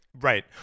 right